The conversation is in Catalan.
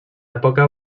època